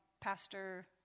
Pastor